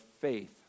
faith